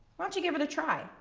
why don't you give it a try?